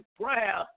prayer